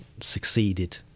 succeeded